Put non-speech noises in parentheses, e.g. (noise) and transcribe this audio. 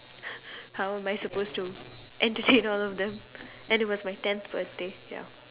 (laughs) how am I supposed to entertain all of them and it was my tenth birthday ya